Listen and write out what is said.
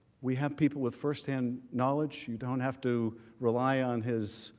we have people with firsthand knowledge. you don't have to rely on his